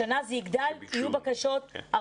השנה זה יגדל, יהיו הרבה יותר בקשות מ-211,000.